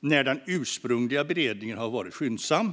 när den ursprungliga beredningen har varit skyndsam.